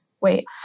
Wait